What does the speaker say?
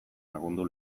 lagundu